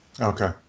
Okay